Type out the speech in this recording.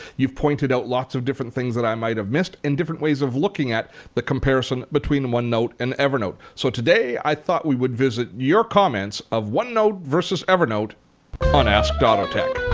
you've pointed out lots of different things that i might have missed and different ways of looking at the comparison between one note and evernote. so today, i thought we might visit your comments of one note versus evernote on ask dottotech.